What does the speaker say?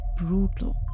brutal